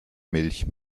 milch